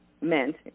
meant